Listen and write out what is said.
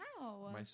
Wow